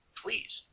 please